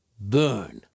burn